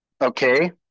Okay